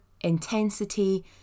intensity